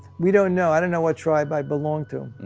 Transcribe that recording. we don't know. i don't know what tribe i belong to.